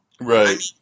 Right